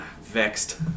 vexed